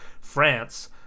France